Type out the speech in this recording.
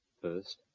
first